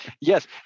yes